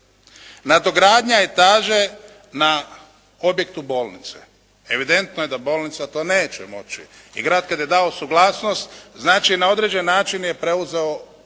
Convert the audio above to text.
Nadogradnja etaže na objektu bolnice. Evidentno je da bolnica to neće moći i grad kada je dao suglasnost znači na određeni način je preuzeo